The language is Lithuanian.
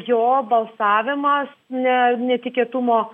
jo balsavimas ne netikėtumo